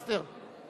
"פיליבסטר"?